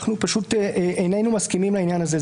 אנחנו איננו מסכימים עם העניין הזה.